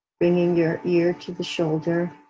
bringing your ear to the shoulder.